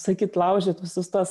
sakyt laužyt visus tuos